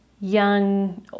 young